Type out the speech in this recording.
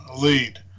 lead